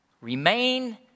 Remain